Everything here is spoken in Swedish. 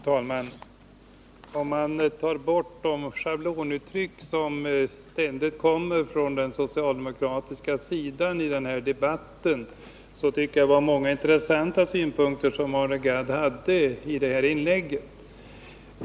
Herr talman! Bortsett från de schablonuttryck som ständigt används från socialdemokratiskt håll i den här debatten var det många intressanta synpunkter som Arne Gadd förde fram i sitt anförande.